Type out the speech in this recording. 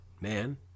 man